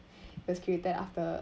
it was created after